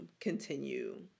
Continue